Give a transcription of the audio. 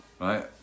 right